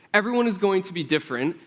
everyone is going to be different,